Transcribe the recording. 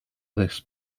this